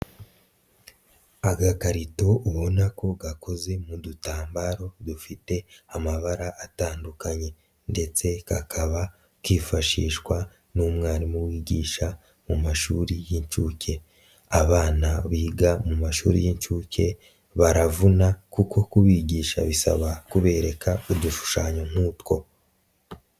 Agakarito ubona ko gakoze mu dutambaro dufite amabara atandukanye ndetse kakaba kifashishwa n'umwarimu wigisha mu mashuri y'incuke, abana biga mu mashuri y'incuke baravuna kuko kubigisha bisaba kubereka udushushanyo nk'utwo.